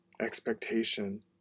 expectation